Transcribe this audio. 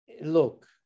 look